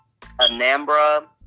Anambra